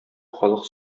халык